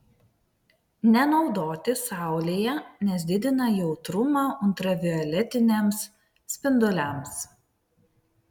nenaudoti saulėje nes didina jautrumą ultravioletiniams spinduliams